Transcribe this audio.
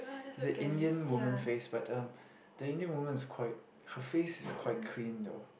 is an Indian woman face but um the Indian woman is quite her face is quite clean though